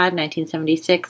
1976